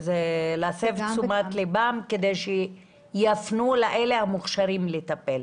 להסב את תשומת ליבם כדי שיפנו לאלה שמוכשרים לטפל.